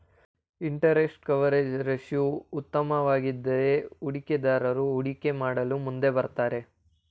interest coverage ratio ಉತ್ತಮವಾಗಿದ್ದರೆ ಹೂಡಿಕೆದಾರರು ಹೂಡಿಕೆ ಮಾಡಲು ಮುಂದೆ ಬರುತ್ತಾರೆ